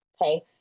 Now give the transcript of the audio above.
okay